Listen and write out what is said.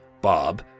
Bob